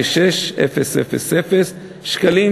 405,264,956,000 שקלים,